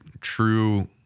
true